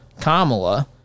Kamala